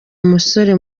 umusore